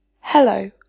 Hello